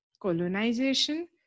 colonization